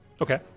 Okay